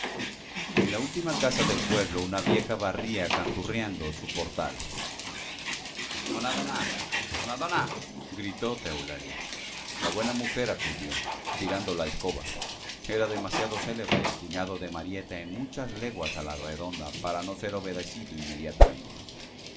en la última casa del pueblo una vieja barría canturreando su portal bna dna bna dna gritó teulaí la buena mujer acudió tirando la escoba era demasiado célebre el cuñado de marieta en muchas leguas a la redonda para no ser obedecido inmediatamente